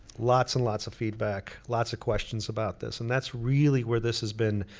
lots and lots of feedback. lots of questions about this. and that's really where this has been.